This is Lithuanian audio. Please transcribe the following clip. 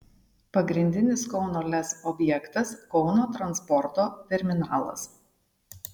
pagrindinis kauno lez objektas kauno transporto terminalas